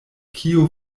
kio